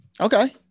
Okay